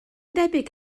debyg